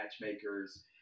matchmakers